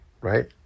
right